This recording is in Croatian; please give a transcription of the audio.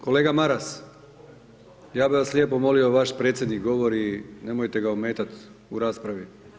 Kolega Maras, ja bi vas lijepo molio, vaš predsjednik govori, nemojte ga ometat u raspravi.